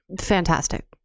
fantastic